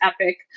epic